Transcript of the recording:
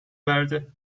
verdi